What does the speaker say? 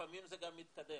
לפעמים זה גם מתקדם,